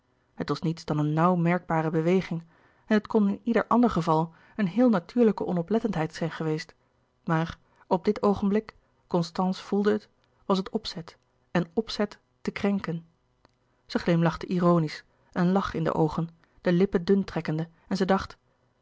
het was niets dan een nauw merkbare beweging en het kon in ieder ander geval een heel natuurlijke onoplettendheid zijn geweest maar op dit oogenblik constance voelde het was het opzet en opzet te krenken zij glimlachte ironisch een lach in de oogen de lippen dun trekkende en zij dacht